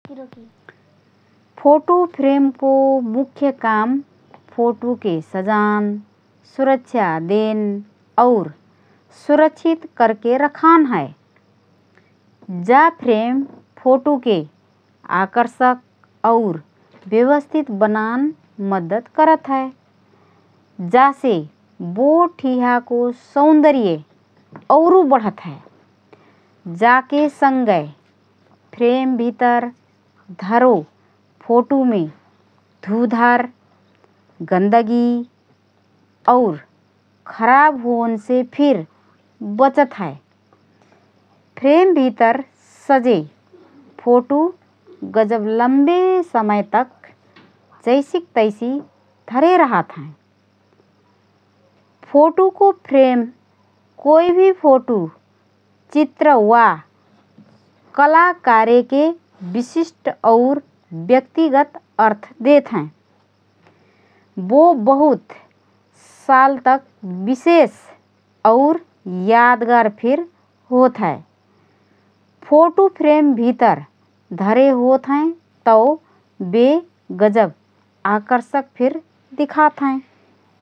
फोटु फ्रेमको मुख्य काम फोटुके सजान, सुरक्षा देन और संरक्षित करके रखान हए । जा फ्रेम फोटुके आकर्षक और व्यवस्थित बनान मद्दत करत हए । जासे बो ठिहाको सौन्दर्य औरु बढत हए । जाके सँगए फ्रेम भितर धरो फोटुमे धुधर, गन्दगी और खराब होनसे फिर बचत हए । फ्रेम भितर सजे फोटु गजब लम्बे समयतक जैसिक तैसि धरे रहत हएँ । फोटुको फ्रेम कोइ भि फोटु, चित्र वा कला कार्यके विशिष्ट और व्यक्तिगत अर्थ देतहए । बो बहुत सालतक विशेष और यादगार फिर होतहए । फोटु फ्रेम भितर धरे होतहएँ तओ बे गजब आकर्षक फिर दिखात हएँ ।